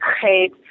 great